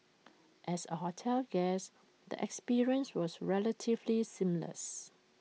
as A hotel guest the experience was relatively seamless